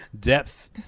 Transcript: Depth